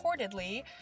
reportedly